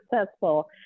successful